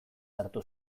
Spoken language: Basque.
hartu